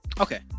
Okay